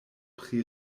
pri